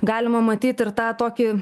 galima matyt ir tą tokį